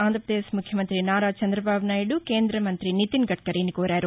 ఆంధ్రప్రదేశ్ ముఖ్యమంతి నారా చంద్రబాబు నాయుడు కేంద్రద మంతి నితిన్ గడ్కరీని కోరారు